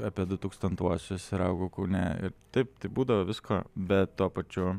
apie dutūkstantuosius ir augau kaune ir taip tai būdavo visko bet tuo pačiu